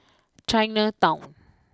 Chinatown